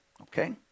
Okay